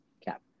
Cap